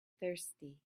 thirsty